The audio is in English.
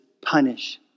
punish